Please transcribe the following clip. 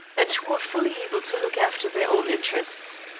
and who were fully able to look after their own interests.